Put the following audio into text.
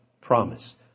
promise